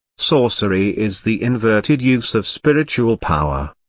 sorcery is the inverted use of spiritual power.